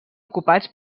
ocupats